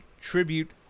tribute